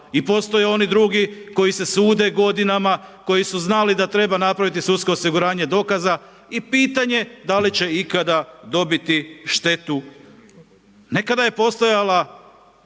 I postoje oni drugi, koji se sude godinama, koji su znali da treba napraviti sudsko osiguranje dokaza i pitanje da li će ikada dobiti štetu. Nekada je postojala